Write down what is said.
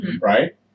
right